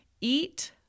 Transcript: eat